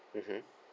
mmhmm